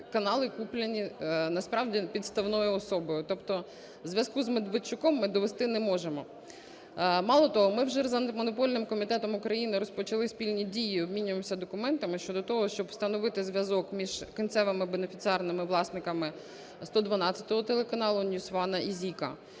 канали, куплені насправді підставною особою. Тобто зв'язку з Медведчуком ми довести не можемо. Мало того, ми вже з Антимонопольним комітетом України розпочали спільні дії, обмінюємось документами щодо того, щоб встановити зв'язок між кінцевими бенефіціарними власниками "112 каналу", NewsOne і ZIK.